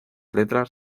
letras